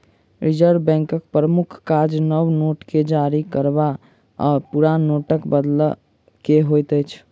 reserve बैंकक प्रमुख काज नव नोट के जारी करब आ पुरान नोटके बदलब होइत अछि